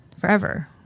forever